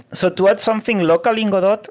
so to add something locally in godot, but